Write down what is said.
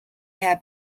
have